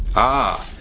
ah,